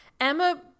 Emma